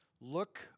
look